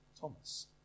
Thomas